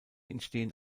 entstehen